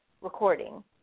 recording